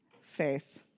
Faith